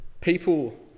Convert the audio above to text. People